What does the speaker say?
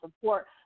support